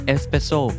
Espresso